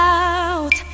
out